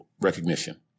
recognition